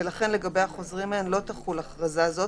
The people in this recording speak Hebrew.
ולכן לגבי החוזרים מהן לא תחול הכרזה זאת,